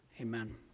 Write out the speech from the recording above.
Amen